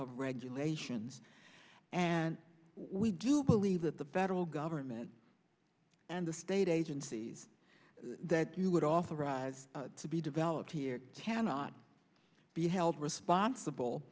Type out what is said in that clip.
of regulations and we do believe that the federal government and the state agencies that you would authorize to be developed here cannot be held responsible